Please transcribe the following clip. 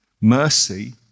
Mercy